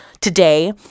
today